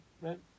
Right